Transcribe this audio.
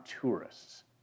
tourists